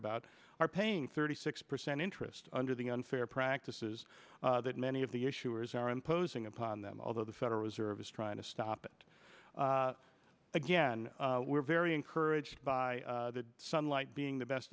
about are paying thirty six percent interest under the unfair practices that many of the issuers are imposing upon them although the federal reserve is trying to stop it again we're very encouraged by the sunlight being the best